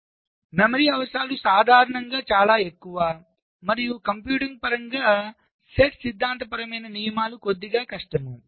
కాబట్టి మెమరీ అవసరాలు సాధారణంగా చాలా ఎక్కువ మరియు కంప్యూటింగ్ పరంగా సెట్ సిద్ధాంతపరమైన నియమాలు కొద్దిగా కష్టం